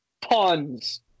puns